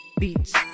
Beats